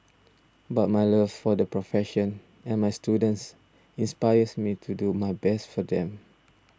but my love for the profession and my students inspires me to do my best for them